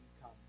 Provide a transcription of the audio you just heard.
come